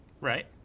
Right